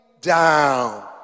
down